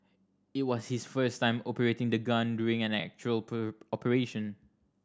it was his first time operating the gun during an actual operation